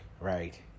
right